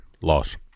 Loss